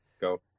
Go